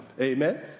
Amen